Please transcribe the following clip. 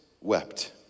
wept